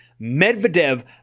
Medvedev